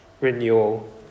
renewal